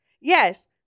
Yes